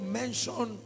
mention